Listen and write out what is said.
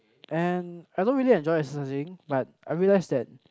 and I don't really enjoy exercising but I realise that